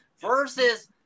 Versus